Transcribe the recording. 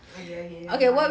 okay okay never mind